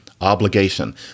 obligation